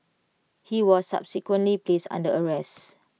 he was subsequently placed under arrest